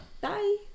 bye